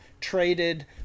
traded